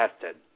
tested